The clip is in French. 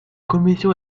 commission